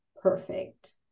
perfect